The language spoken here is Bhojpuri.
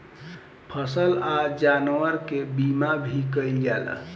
फसल आ जानवर के बीमा भी कईल जाला